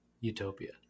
utopia